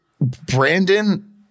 Brandon